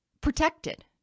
protected